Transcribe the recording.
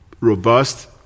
robust